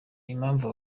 impamvu